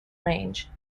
range